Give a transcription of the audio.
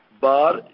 bar